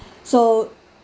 so